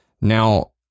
Now